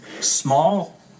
small